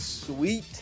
Sweet